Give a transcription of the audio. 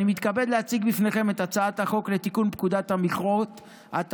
אני מתכבד להציג בפניכם את הצעת החוק לתיקון פקודת המכרות (מס' 13),